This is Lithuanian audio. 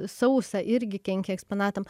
sausa irgi kenkia eksponatam